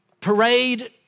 parade